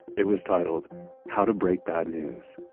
it was titled how to break bad news.